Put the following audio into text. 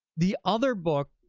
the other book,